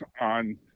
on –